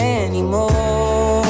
anymore